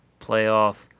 playoff